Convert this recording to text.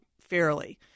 fairly